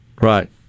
Right